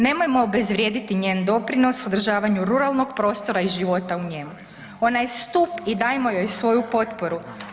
Nemojmo obezvrijediti njen doprinos u održavanju ruralnog prostora i života u njemu, ona je stup i dajmo joj svoju potporu.